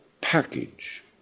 package